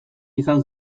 izan